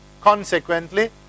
consequently